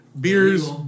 Beers